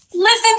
Listen